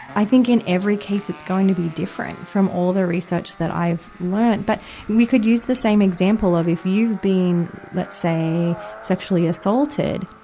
i think in every case it's going to be different from all the research that i've learned. but we could use the same example of, if you've been, let's say sexually assaulted,